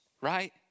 right